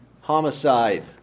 homicide